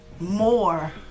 More